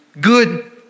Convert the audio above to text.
good